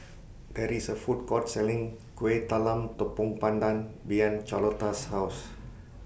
There IS A Food Court Selling Kuih Talam Tepong Pandan behind Charlotta's House